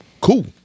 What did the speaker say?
cool